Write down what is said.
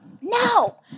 No